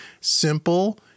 simple